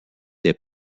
des